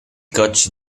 coach